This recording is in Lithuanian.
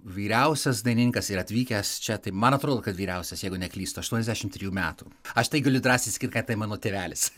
vyriausias dainininkas ir atvykęs čia tai man atrodo kad vyriausias jeigu neklystu aštuoniasdešim trijų metų aš tai galiu drąsiai sakyt kad tai mano tėvelis